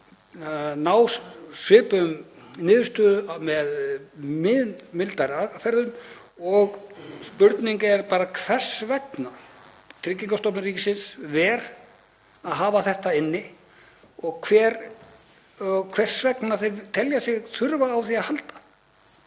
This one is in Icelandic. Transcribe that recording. ná svipuðum niðurstöðum með mun mildari aðferðum og spurningin er bara hvers vegna Tryggingastofnun ríkisins hefur þetta inni og hvers vegna þeir telja sig þurfa á því að halda.